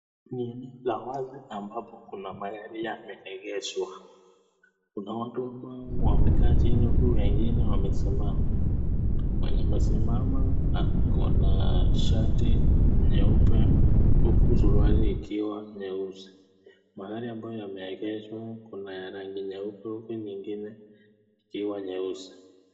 Ni eneo la wazi ambapo kuna magari yameegeshwa. Kuna watu ambao wamekaa chini huku wengine wamesimama. Mwenye amesimama ako na shati nyeupe, huku suruali ikiwa nyeusi. Magari ambayo yameegeshwa, kuna ya rangi nyeupe huku ingine ikiwa nyeusi.